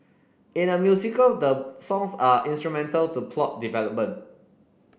in a musical the songs are instrumental to plot development